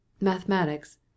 mathematics